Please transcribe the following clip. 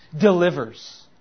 delivers